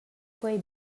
quei